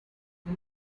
let